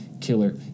killer